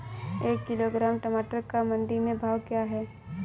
एक किलोग्राम टमाटर का मंडी में भाव क्या है?